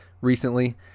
recently